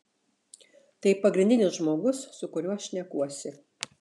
tai pagrindinis žmogus su kuriuo šnekuosi